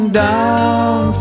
down